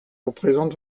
représente